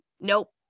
nope